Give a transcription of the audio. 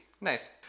Nice